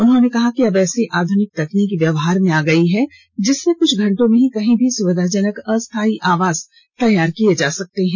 उन्होंने कहा कि अब ऐसी आधुनिक तकनीक व्यवहार में आ गयी है जिससे कुछ घंटों में ही कहीं भी सुविधाजनक अस्थायी आवास तैयार किये जा सकते हैं